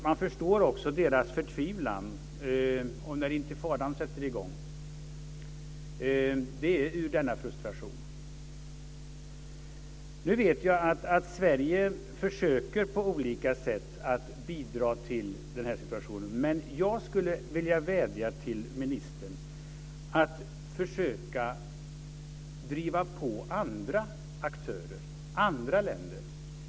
Man förstår deras förtvivlan. Intifadan sätter i gång, och det sker ur denna frustration. Jag vet att Sverige på olika sätt försöker bidra i denna situation. Men jag skulle vilja vädja till ministern att försöka driva på andra aktörer och andra länder.